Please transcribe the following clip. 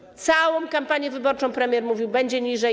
Przez całą kampanię wyborczą premier mówił: będzie niżej.